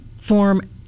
form